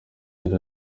yacu